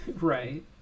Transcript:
Right